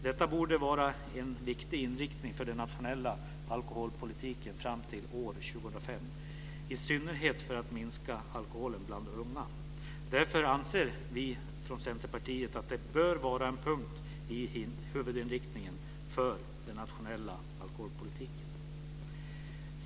Detta borde vara en viktig inriktning för den nationella alkoholpolitiken fram till år 2005 i synnerhet för att minska alkoholen bland unga. Därför anser vi från Centerpartiet att det bör vara en punkt i huvudinriktningen för den nationella alkoholpolitiken.